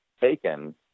taken